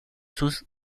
sus